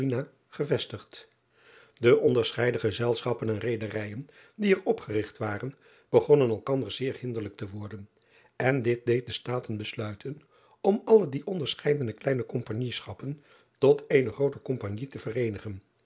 gevestigd e onderscheiden gezelschappen en reederijen die er opgerigt waren begonnen elkander zeer hinderlijk te worden en dit deed de taten besluiten om alle die onderscheiden kleine ompagnieschappen tot eene groote ompagnie te vereenigen